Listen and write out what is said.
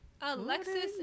Alexis